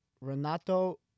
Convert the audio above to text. Renato